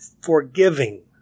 forgiving